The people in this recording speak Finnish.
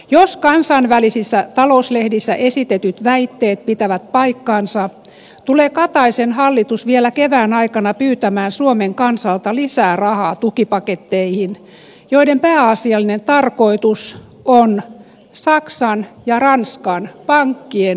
jos kansainvälisissä talouslehdissä esitetyt väitteet pitävät paikkansa tulee kataisen hallitus vielä kevään aikana pyytämään suomen kansalta lisää rahaa tukipaketteihin joiden pääasiallinen tarkoitus on saksan ja ranskan pankkien pelastaminen